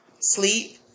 sleep